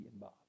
Bob